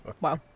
Wow